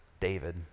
David